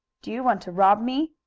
do you want to rob me?